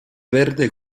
verde